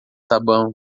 sabão